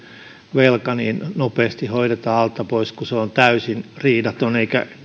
velka nopeasti hoidetaan alta pois kun se on täysin riidaton eikä